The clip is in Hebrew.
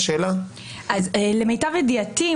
למיטב ידיעתי,